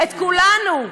את כולנו.